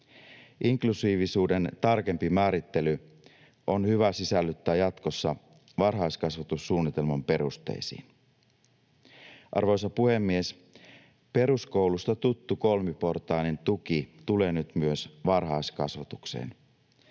Inklusiivisuuden tarkempi määrittely on hyvä sisällyttää jatkossa varhaiskasvatussuunnitelman perusteisiin. Arvoisa puhemies! Peruskoulusta tuttu kolmiportainen tuki tulee nyt myös varhaiskasvatukseen.